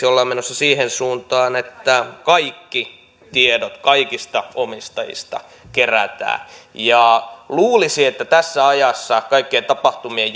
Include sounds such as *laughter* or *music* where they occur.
*unintelligible* ollaan menossa siihen suuntaan että kaikki tiedot kaikista omistajista kerätään luulisi että tässä ajassa kaikkien tapahtumien *unintelligible*